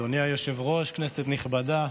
אדוני היושב-ראש, כנסת נכבדה,